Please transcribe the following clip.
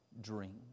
dream